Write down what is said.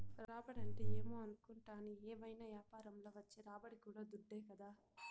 రాబడంటే ఏమో అనుకుంటాని, ఏవైనా యాపారంల వచ్చే రాబడి కూడా దుడ్డే కదా